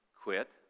quit